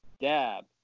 dab